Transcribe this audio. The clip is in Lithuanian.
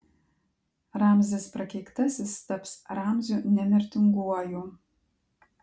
ramzis prakeiktasis taps ramziu nemirtinguoju